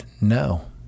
no